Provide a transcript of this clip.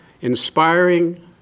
inspiring